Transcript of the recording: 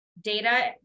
data